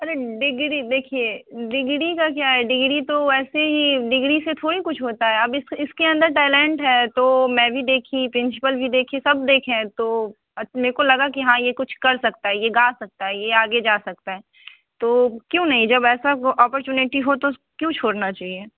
अरे डिग्री देखिए डिग्री का क्या है डिग्री तो ऐसे ही डिग्री से थोड़ी ही कुछ होता है अब इस इसके अन्दर टैलेंट है तो मैं भी देखी प्रिन्सपल भी देखे सब देखें हैं तो अच् मेरे को लगा कि हाँ यह कुछ कर सकता है यह गा सकता है आगे जा सकता है तो क्यों नहीं जब ऐसा गो ऑपोरचुनिटी हो तो क्यों छोड़ना चाहिए